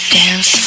dance